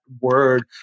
word